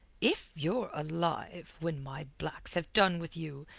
if you're alive when my blacks have done with you,